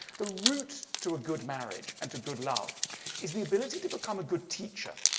the root to a good marriage and to good love is the ability to become a good teacher.